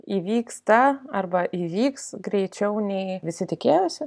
įvyksta arba įvyks greičiau nei visi tikėjosi